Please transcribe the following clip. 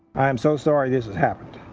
i'm so sorry this happened.